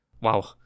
wow